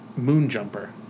Moonjumper